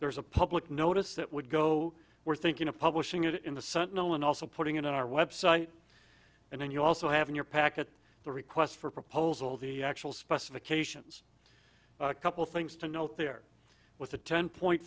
there's a public notice that would go we're thinking of publishing it in the sentinel and also putting it on our website and then you also have in your packet the request for proposal the actual specifications a couple things to note there with the ten point